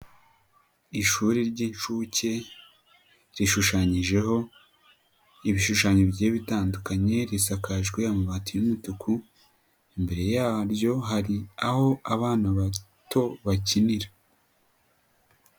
Ishuri ry'inshuke rishushanyijeho ibishushanyo bigiye bitandukanye, risakajwe amabati y'umutuku, imbere yaryo hari aho abana bato bakinira.